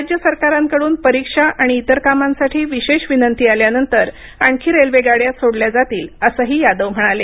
राज्य सरकारांकडून परीक्षा आणि आणि इतर कामांसाठी विशेष विनंती आल्यानंतर आणखी रेल्वेगाड्या सोडल्या जातील असंही यादव म्हणाले